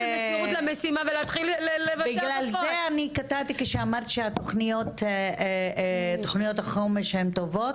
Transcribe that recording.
בגלל זה אני קטעתי שאמרת שהתוכניות חומש הן טובות.